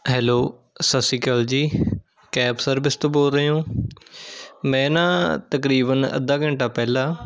hello Sat Sri Akal ਜੀ cab service ਤੋਂ ਬੋਲ ਰਹੇ ਹੋ ਮੈਂ ਨਾ ਤਕਰੀਬਨ ਅੱਧਾ ਘੰਟਾ ਪਹਿਲਾਂ